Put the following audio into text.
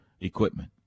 equipment